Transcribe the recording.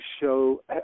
show